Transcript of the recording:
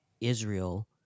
Israel